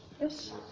Yes